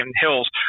Hills